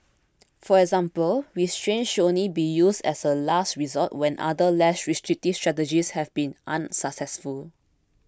for example restraints should only be used as a last resort when other less restrictive strategies have been unsuccessful